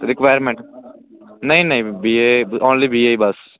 requirement ਨਹੀਂ ਨਹੀਂ B A only B A bus